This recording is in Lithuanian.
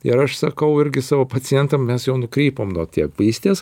ir aš sakau irgi savo pacientam mes jau nukrypom nuo tėvystės